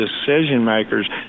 decision-makers